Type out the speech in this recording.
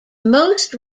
most